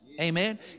amen